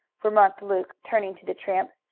remarked luke, turning to the tramp.